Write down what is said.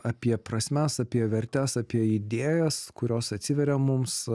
apie prasmes apie vertes apie idėjas kurios atsiveria mums